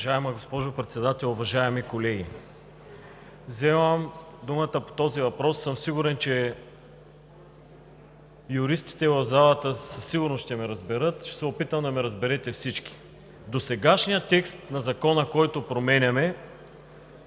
Уважаема госпожо Председател, уважаеми колеги! Вземам думата по този въпрос и съм сигурен, че юристите в залата със сигурност ще ме разберат, но ще се опитам да ме разберете всички. Досегашният текст на Закона, който променяме,